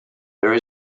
there